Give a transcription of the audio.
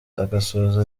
agasoza